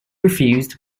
refused